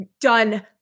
Done